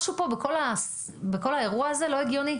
משהו פה בכל האירוע הזה לא הגיוני.